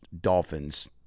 dolphins